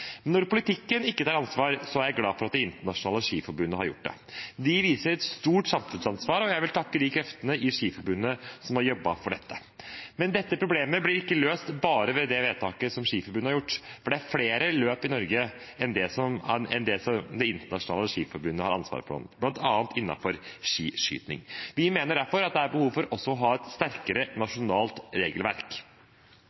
Når politikken ikke tar ansvar, er jeg glad for at Det internasjonale skiforbundet har gjort det. De viser et stort samfunnsansvar, og jeg vil takke de kreftene i Skiforbundet som har jobbet for dette. Men dette problemet blir ikke løst bare ved det vedtaket som Skiforbundet har gjort, for det er flere løp i Norge enn de som Det internasjonale skiforbundet har ansvar for, bl.a. innenfor skiskyting. Vi mener derfor at det også er behov for å ha et sterkere